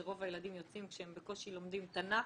ורוב הילדים יוצאים כשהם בקושי לומדים תנ"ך,